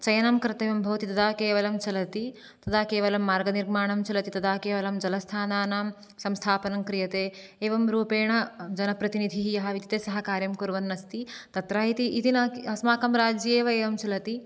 चयनं कर्तव्यं भवति तदा केवलं चलति तदा केवलं मार्गनिर्माणं चलति केवल जलस्थानानां संस्थापनं क्रियते एवं रूपेण जनप्रतिनिधिः यः वर्तते सः कार्यं कुर्वन्नस्ति तत्र इति न अस्माकं राज्ये एवं चलति